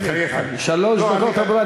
שלוש דקות עברו.